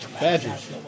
Badges